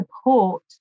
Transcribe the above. support